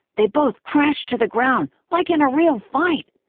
they both crashed to the ground, like in a real fight!